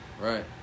right